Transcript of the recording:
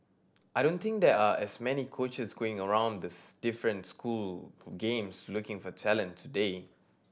I don't think there are as many coaches going around the different school games looking for talent today